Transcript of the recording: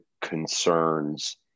concerns